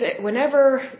whenever